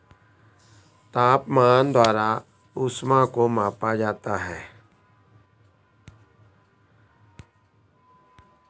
तापमान द्वारा ऊष्मा को मापा जाता है